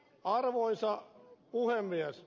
arvoisa puhemies